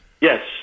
Yes